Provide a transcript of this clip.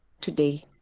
today